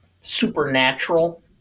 supernatural